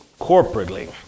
corporately